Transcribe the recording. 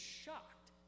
shocked